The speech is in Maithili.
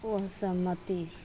असहमति